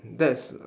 that's